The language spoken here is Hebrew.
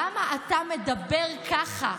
למה אתה מדבר ככה?